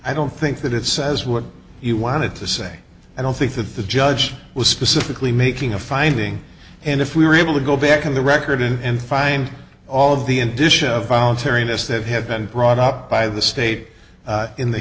i don't think that it says what you wanted to say i don't think that the judge was specifically making a finding and if we were able to go back in the record and find all of the in addition of voluntariness that have been brought up by the state in the